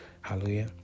Hallelujah